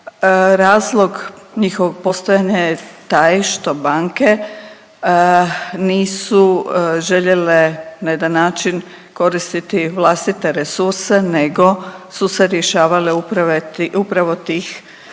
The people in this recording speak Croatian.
Razlog njihovog postojanja je taj što banke nisu željele na jedan način koristiti vlastite resurse nego su se rješavale upravo tih